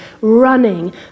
running